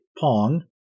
Pong